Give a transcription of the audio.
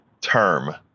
term